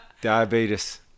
Diabetes